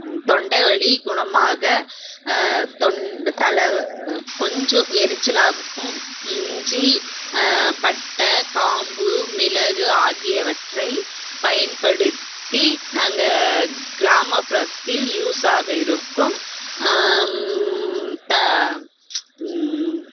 தொண்டைவலி குணமாக தொண் தலை கொஞ்சம் எரிச்சலாக இருக்கும் இஞ்சி பட்டை கிராம்பு மிளகு ஆகியவற்றை பயன்படுத்தி நாங்கள் கிராமப்புறத்தில் யூஸாக இருக்கும்